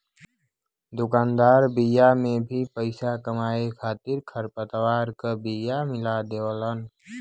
दुकानदार बिया में भी पईसा कमाए खातिर खरपतवार क बिया मिला देवेलन